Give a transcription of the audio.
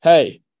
Hey